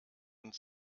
und